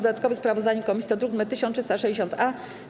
Dodatkowe sprawozdanie komisji to druk nr 1360-A.